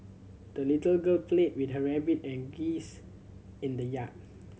the little girl played with her rabbit and geese in the yard